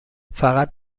فقط